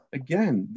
again